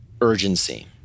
urgency